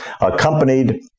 accompanied